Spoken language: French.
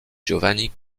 giovanni